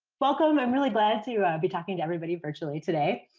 welcome, and i'm really glad to be talking to everybody virtually today.